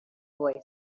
boy